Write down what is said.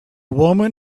woman